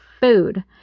food